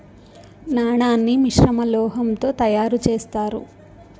నాణాన్ని మిశ్రమ లోహం తో తయారు చేత్తారు